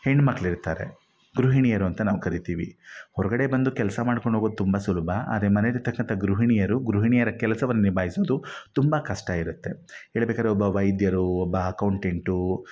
ಹೆಣ್ಣು ಮಕ್ಕಳಿರ್ತಾರೆ ಗೃಹಿಣಿಯರು ಅಂತ ನಾವು ಕರಿತೀವಿ ಹೊರಗಡೆ ಬಂದು ಕೆಲಸ ಮಾಡಿಕೊಂಡು ಹೋಗೋದು ತುಂಬ ಸುಲಭ ಆದರೆ ಮನೇಲಿ ಇರತಕ್ಕಂಥ ಗೃಹಿಣಿಯರು ಗೃಹಿಣಿಯರ ಕೆಲಸವನ್ನು ನಿಭಾಯಿಸೋದು ತುಂಬ ಕಷ್ಟ ಇರುತ್ತೆ ಹೇಳ್ಬೇಕಾದ್ರೆ ಒಬ್ಬ ವೈದ್ಯರು ಒಬ್ಬ ಅಕೌಂಟೆಂಟು